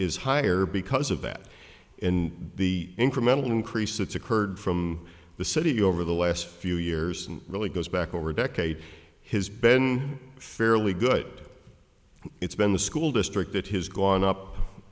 is higher because of that in the incremental increase that's occurred from the city over the last few years and really goes back over a decade has been fairly good it's been the school district that has gone